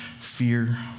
fear